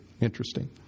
Interesting